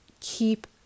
keep